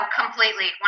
completely